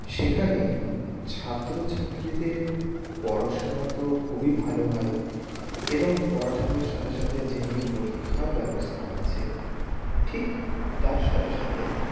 সেখানে ছাত্রছাত্রীদের পড়াশোনা তো খুবই ভালো হয় এবং পড়াশোনার সাথে সাথে যেমনি পরীক্ষার ব্যবস্থা আছে ঠিক তার সাথেসাথে